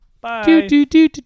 Bye